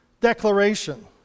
declaration